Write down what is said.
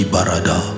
Barada